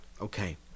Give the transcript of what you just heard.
Okay